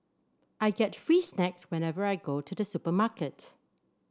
I get free snacks whenever I go to the supermarket